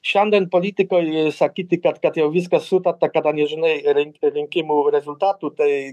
šiandien politikoj sakyti kad kad jau viskas sutarta kada nežinai rink rinkimų rezultatų tai